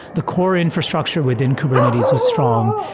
the core infrastructure within kubernetes was strong.